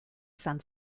izan